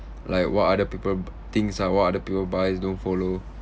like what other people b~ things ah what other people buys don't follow